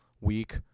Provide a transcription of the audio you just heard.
week